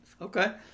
Okay